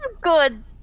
good